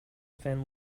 fin